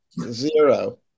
Zero